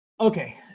Okay